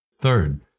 Third